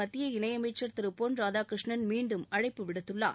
மக்கிய இணையமைச்சர் திரு பொன் ராதாகிருஷ்ணன் மீண்டும் அழைப்பு விடுத்துள்ளார்